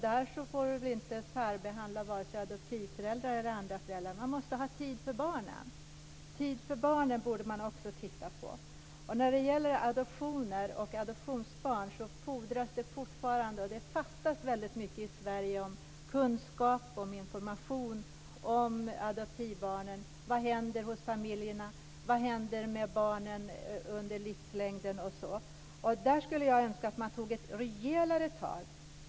Där får vi inte särbehandla vare sig adoptivföräldrar eller andra föräldrar. Man måste ha tid för barnen. Det borde man också titta på. När det gäller adoptioner och adoptivbarn fattas det fortfarande väldigt mycket kunskap och information i Sverige. Vad händer hos familjerna? Vad händer med barnen senare under livet, t.ex.? Där skulle jag önska att man tog ett rejälare tag.